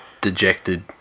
dejected